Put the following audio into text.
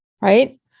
right